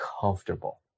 comfortable